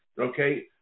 Okay